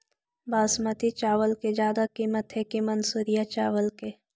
बासमती चावल के ज्यादा किमत है कि मनसुरिया चावल के?